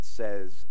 says